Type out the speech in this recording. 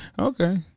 okay